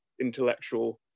intellectual